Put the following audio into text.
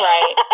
Right